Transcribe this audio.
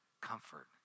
comfort